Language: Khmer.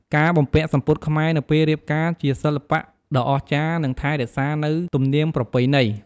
ការបំពាក់សំពត់ខ្មែរនៅពេលរៀបការជាសិល្បៈដ៏អស្ចារ្យនិងថែរក្សានៅទំនៀមប្រពៃណី។